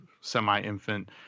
semi-infant